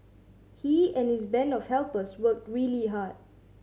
he and his band of helpers worked really hard